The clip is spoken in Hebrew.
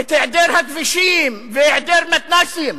את היעדר הכבישים והיעדר המתנ"סים,